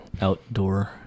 outdoor